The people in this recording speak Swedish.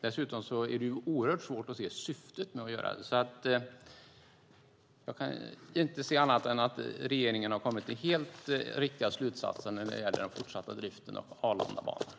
Dessutom är det oerhört svårt att se syftet med att göra det. Jag kan inte se annat än att regeringen har kommit fram till helt riktiga slutsatser när det gäller den fortsatta driften av Arlandabanan.